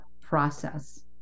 process